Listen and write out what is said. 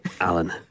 Alan